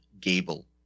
Gable